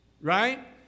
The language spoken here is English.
Right